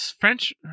French